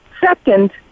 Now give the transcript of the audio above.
Second